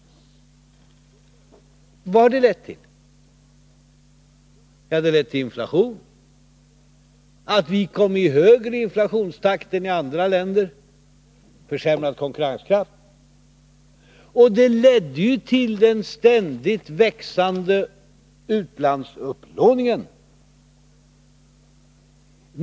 Vad har det lett till? Jo, det har lett till inflation, till att vår inflationstakt blev högre än den blev i andra länder och till försämrad konkurrenskraft, och det ledde till den ständigt växande utlandsupplåningen.